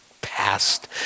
past